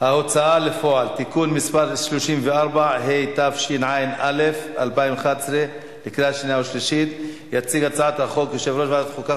כללי ממשל תאגידי על חברות אג"ח,